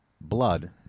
blood